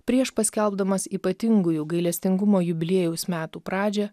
prieš paskelbdamas ypatingųjų gailestingumo jubiliejaus metų pradžią